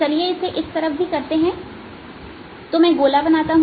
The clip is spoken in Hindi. चलिए इसे इस तरफ भी करते हैं तो मैं गोला बनाता हूं